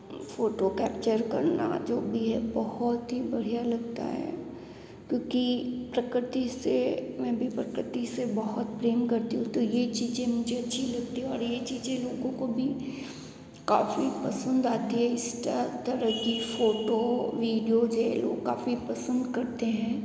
photo capture करना जो भी है बहुत ही बढ़िया लगता है क्योंकि प्रकृति से मैं भी प्रकृति से बहुत प्रेम करती हूँ तो यह चीज़ें मुझे अच्छी लगती है और यह चीज़ें लोगों को भी काफ़ी पसंद आती है इस क्या तरह की फ़ोटो वीडियो यह लोग काफ़ी पसंद करते हैं